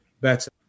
better